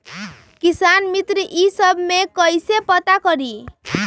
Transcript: किसान मित्र ई सब मे कईसे पता करी?